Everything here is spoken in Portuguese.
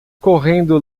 correndo